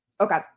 Okay